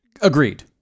Agreed